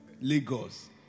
Lagos